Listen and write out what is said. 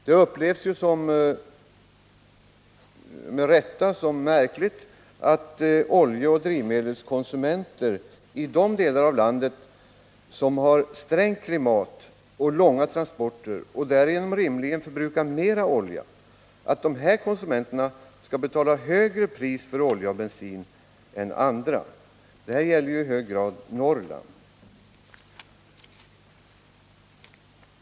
Det upplevs med rätta som märkligt att de oljeoch drivmedelskonsumenter som rimligen förbrukar mera olja, därför att de bor i de delar av landet som har strängt klimat och där transporterna blir långa, skall betala ett högre pris för olja och bensin än andra. Detta gäller i hög grad Norrland.